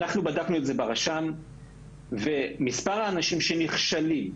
אנחנו בדקנו את זה ברשם ומספר האנשים שנכשלים,